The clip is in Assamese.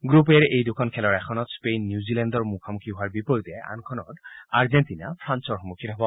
গ্ৰুপ এ'ৰ এই দখন খেলৰ এখনত স্পেইন নিউজিলেণ্ডৰ মুখামুখি হোৱাৰ বিপৰীতে আনখনত আৰ্জেটিনা ফ্ৰান্সৰ সন্মুখীন হ'ব